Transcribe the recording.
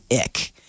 ick